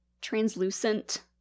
translucent